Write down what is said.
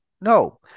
no